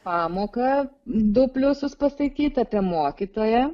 pamoką du pliusus pasakyt apie mokytoją